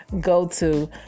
go-to